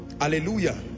Hallelujah